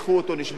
או שנשברה רגל,